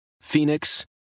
Phoenix